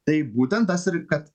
tai būtent tas ir kad